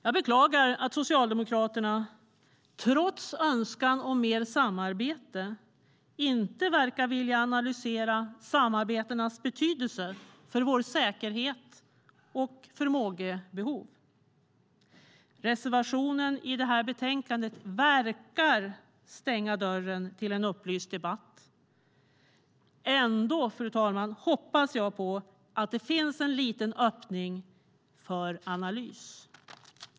Jag beklagar att Socialdemokraterna trots önskan om mer samarbete inte verkar vilja analysera samarbetenas betydelse för vår säkerhet och vårt förmågebehov. Reservationen i det här betänkandet verkar stänga dörren till en upplyst debatt. Ändå hoppas jag att det finns en liten öppning för analys.